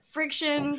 Friction